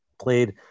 played